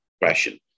depression